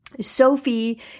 Sophie